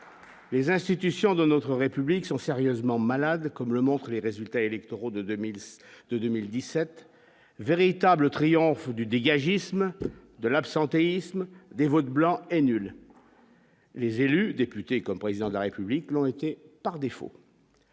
Les institutions de notre République sont sérieusement malades, comme le montrent les résultats électoraux de 2002 2017 véritable triomphe du dégagisme de l'absentéisme des votes blancs et nuls, les élus députés comme président de la République, l'ont été par défaut.